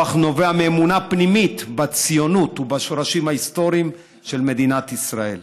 הכוח נובע מאמונה פנימית בציונות ובשורשים ההיסטוריים של מדינת ישראל.